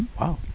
Wow